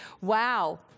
Wow